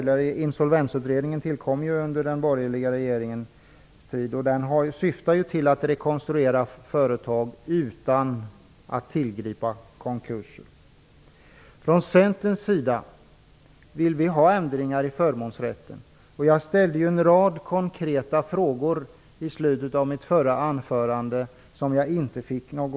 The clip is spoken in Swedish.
Insolvensutredningen tillkom under den borgerliga regeringens tid. Den syftar till att rekonstruera företag utan att tillgripa konkurser. Centern vill har ändringar i förmånsrätten. Jag ställde en rad konkreta frågor, som jag inte fick något svar på, i slutet av mitt förra anförande.